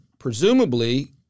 Presumably